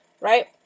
Right